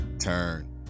turn